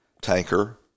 tanker